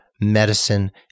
medicine